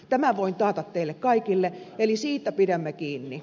tämän voin taata teille kaikille eli siitä pidämme kiinni